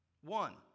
one